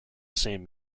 same